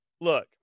look